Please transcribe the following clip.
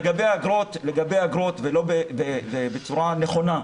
לגבי האגרות ובצורה נכונה,